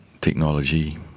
technology